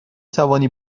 توانی